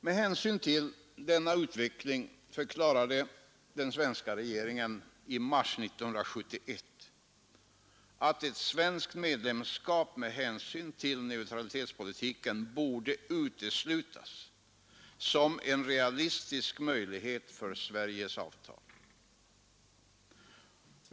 Med hänsyn till denna utveckling förklarade den svenska regeringen i mars 1971 att ett svenskt medlemskap med hänsyn till neutralitetspolitiken borde uteslutas som en realistisk möjlighet för Sveriges avtal.